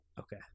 Okay